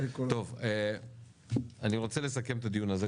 אני רוצה לסכם את הדיון הזה.